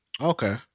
Okay